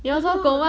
你